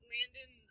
Landon